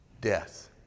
death